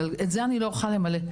את זה אני לא יכולה למלא.